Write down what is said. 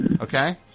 okay